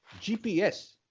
GPS